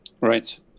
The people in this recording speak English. Right